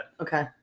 Okay